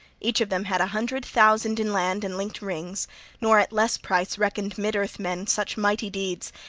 each of them had a hundred thousand in land and linked rings nor at less price reckoned mid-earth men such mighty deeds!